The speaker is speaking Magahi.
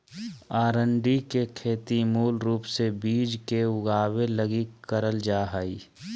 अरंडी के खेती मूल रूप से बिज के उगाबे लगी करल जा हइ